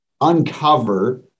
uncover